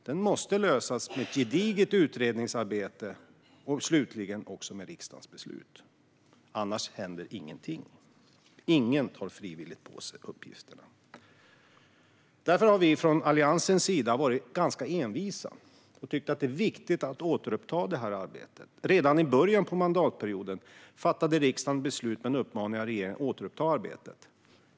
Den måste lösas med ett gediget utredningsarbete och genom riksdagsbeslut, annars händer ingenting. Ingen tar frivilligt på sig uppgifterna. Därför har Alliansen varit ganska envis och tyckt att det är viktigt att detta arbete återupptas. Redan i början av mandatperioden fattade riksdagen beslut med en uppmaning till regeringen att återuppta arbetet.